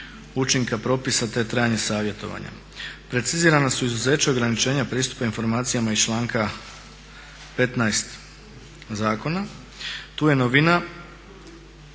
učinka propisa te trajanje savjetovanja. Precizirana su izuzeća ograničenja pristupa informacijama iz članka 15. zakona. Tu je novina